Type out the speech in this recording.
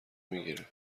میگیره